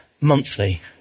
monthly